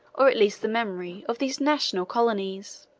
or at least the memory, of these national colonies.